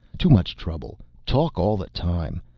too much trouble. talk all the time.